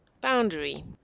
Boundary